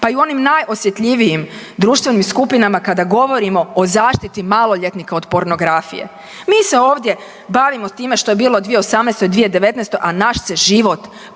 pa i u onim najosjetljivijim društvenim skupinama kada govorimo o zaštiti maloljetnika od pornografije. Mi se ovdje bavimo time što je bilo u 2018. i u 2019., a naš se život preokrenuo